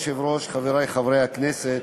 אדוני היושב-ראש, חברי חברי הכנסת,